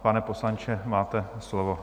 Pane poslanče, máte slovo.